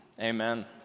amen